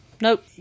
Nope